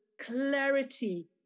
clarity